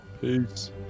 peace